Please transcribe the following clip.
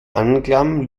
anklam